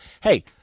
Hey